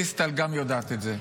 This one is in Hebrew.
דיסטל גם יודעת את זה,